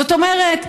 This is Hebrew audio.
זאת אומרת,